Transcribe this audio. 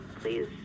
please